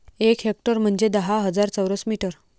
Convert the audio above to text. एक हेक्टर म्हंजे दहा हजार चौरस मीटर